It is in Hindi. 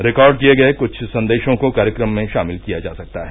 रिकॉर्ड किए गए कुछ संदेशों को कार्यक्रम में शामिल किया जा सकता है